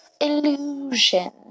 illusion